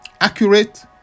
Accurate